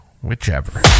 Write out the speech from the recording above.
Whichever